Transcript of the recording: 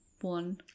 one